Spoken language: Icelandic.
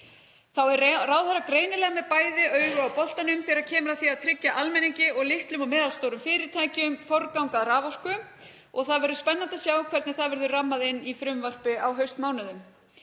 Þá er ráðherra greinilega með bæði augun á boltanum þegar kemur að því að tryggja almenningi og litlum og meðalstórum fyrirtækjum forgang að raforku og það verður spennandi að sjá hvernig það verður rammað inn í frumvarpið á haustmánuðum.